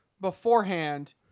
beforehand